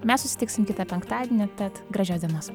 mes susitiksim kitą penktadienį tad gražios dienos